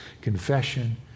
confession